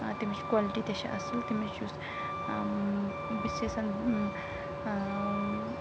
تمِچ کالٹی تہِ چھِ اَصٕل تمِچ یُس بہٕ چھس یَژھان